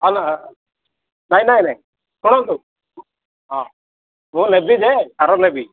ହଁ ନା ନାଇଁ ନାଇଁ ନାଇଁ ଶୁଣନ୍ତୁ ହଁ ମୁଁ ନେବି ଯେ ସାର ନେବି